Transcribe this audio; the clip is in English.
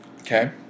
Okay